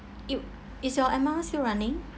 it is your amount still running